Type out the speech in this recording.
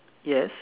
yes